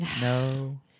No